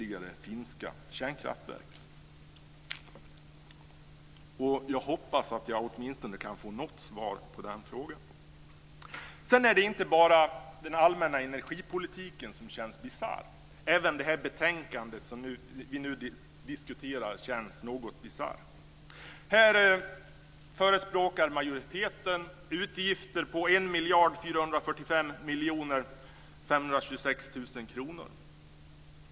Jag hoppas att jag åtminstone kan få något svar på den frågan. Sedan är det inte bara den allmänna energipolitiken som känns bisarr. Även det betänkande som vi nu diskuterar känns något bisarrt. Här förespråkar majoriteten utgifter på 1 445 526 000 kr.